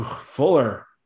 Fuller